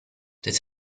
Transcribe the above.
this